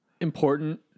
important